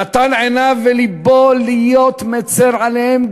נתן עיניו ולבו להיות מצר עליהם,